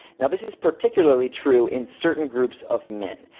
now this is particularly true in certain groups of men.